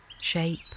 shape